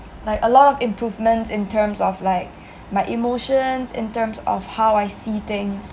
like a lot of improvements in terms of like my emotions in terms of how I see things